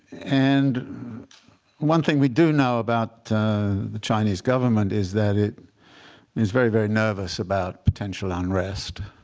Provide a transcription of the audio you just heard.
and one thing we do know about the chinese government is that it is very, very nervous about potential unrest.